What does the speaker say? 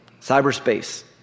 Cyberspace